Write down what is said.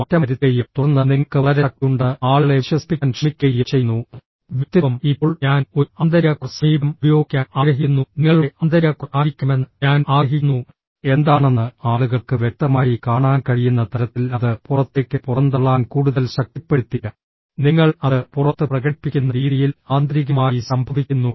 മാറ്റം വരുത്തുകയും തുടർന്ന് നിങ്ങൾക്ക് വളരെ ശക്തിയുണ്ടെന്ന് ആളുകളെ വിശ്വസിപ്പിക്കാൻ ശ്രമിക്കുകയും ചെയ്യുന്നു വ്യക്തിത്വം ഇപ്പോൾ ഞാൻ ഒരു ആന്തരിക കോർ സമീപനം ഉപയോഗിക്കാൻ ആഗ്രഹിക്കുന്നു നിങ്ങളുടെ ആന്തരിക കോർ ആയിരിക്കണമെന്ന് ഞാൻ ആഗ്രഹിക്കുന്നു എന്താണെന്ന് ആളുകൾക്ക് വ്യക്തമായി കാണാൻ കഴിയുന്ന തരത്തിൽ അത് പുറത്തേക്ക് പുറന്തള്ളാൻ കൂടുതൽ ശക്തിപ്പെടുത്തി നിങ്ങൾ അത് പുറത്ത് പ്രകടിപ്പിക്കുന്ന രീതിയിൽ ആന്തരികമായി സംഭവിക്കുന്നു